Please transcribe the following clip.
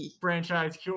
Franchise